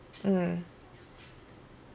mm